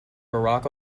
barack